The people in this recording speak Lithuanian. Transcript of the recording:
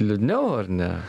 liūdniau ar ne